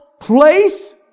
place